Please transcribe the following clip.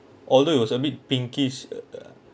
although it was a bit pinkish uh Uh